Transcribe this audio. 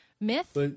Myth